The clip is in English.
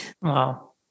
Wow